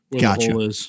gotcha